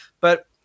but-